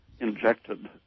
injected